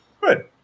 Good